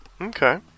Okay